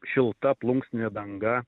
šilta plunksninė danga